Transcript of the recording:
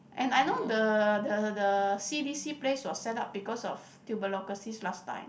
and I know the the the C_D_C place was set up because of tuberculosis last time